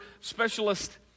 specialist